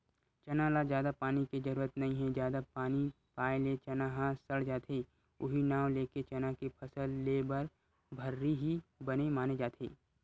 चना ल जादा पानी के जरुरत नइ हे जादा पानी पाए ले चना ह सड़ जाथे उहीं नांव लेके चना के फसल लेए बर भर्री ही बने माने जाथे